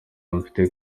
mfite